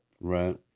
Right